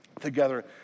together